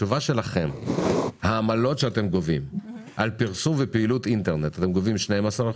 בתשובה שלכם העמלות שאתם גובים על פרסום ופעילות אינטרנט 12%,